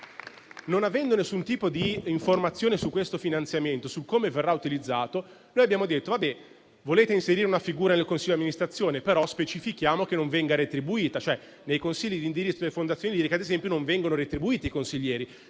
non avendo alcun tipo di informazione su questo finanziamento e su come verrà utilizzato, abbiamo detto: se volete inserire una figura nel consiglio di amministrazione, allora specifichiamo che non venga retribuita. Nelle fondazioni liriche, ad esempio, non vengono retribuiti i consiglieri,